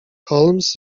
holmes